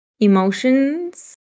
Emotions